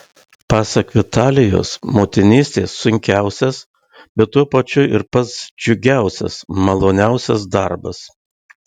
pasak vitalijos motinystė sunkiausias bet tuo pačiu ir pats džiugiausias maloniausias darbas